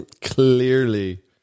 Clearly